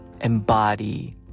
embody